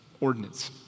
ordinance